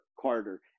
Carter